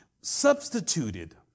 substituted